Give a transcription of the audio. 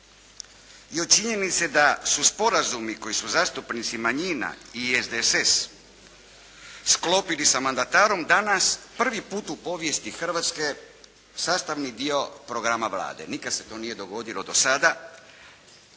i od činjenice da su sporazumi koji su zastupnici manjina i SDSS sklopili sa mandatorom danas prvi put u povijesti Hrvatske sastavni dio programa Vlade. Nikad se to nije dogodilo do sada